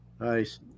nice